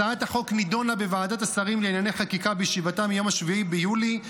הצעת החוק נדונה בוועדת השרים לענייני חקיקה בישיבתה מיום 7 ביולי.